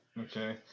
okay